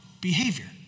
behavior